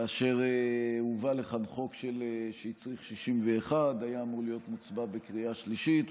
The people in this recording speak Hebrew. כאשר הובא לכאן חוק שהצריך 61. הוא היה אמור להיות מוצבע בקריאה שלישית,